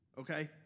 okay